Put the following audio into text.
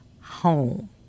home